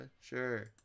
Sure